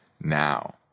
now